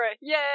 yay